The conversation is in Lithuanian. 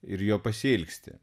ir jo pasiilgsti